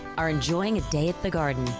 are enjoying a day at the garden.